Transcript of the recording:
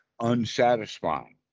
unsatisfying